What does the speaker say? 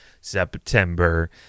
September